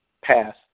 pass